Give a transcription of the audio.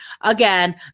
again